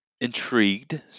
intrigued